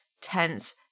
tense